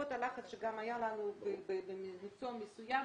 בעקבות לחץ שהיה לנו במקצוע מסוים,